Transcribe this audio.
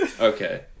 Okay